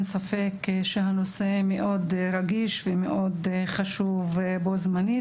אין ספק שהנושא מאוד רגיש ומאוד חשוב בו-זמנית,